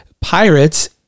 Pirates